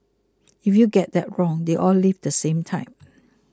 if you get that wrong they all leave at the same time